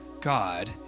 god